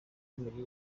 imirire